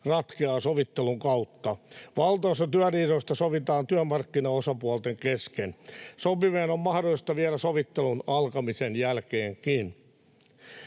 ratkeaa sovittelun kautta. Valtaosa työriidoista sovitaan työmarkkinaosapuolten kesken. Sopiminen on mahdollista vielä sovittelun alkamisen jälkeenkin.